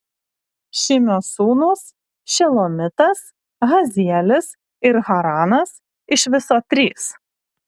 šimio sūnūs šelomitas hazielis ir haranas iš viso trys